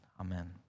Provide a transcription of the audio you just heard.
Amen